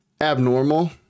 Abnormal